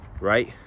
right